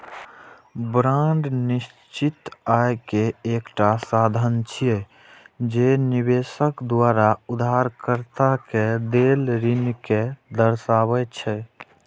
bond निश्चित आय के एकटा साधन छियै, जे निवेशक द्वारा उधारकर्ता कें देल ऋण कें दर्शाबै छै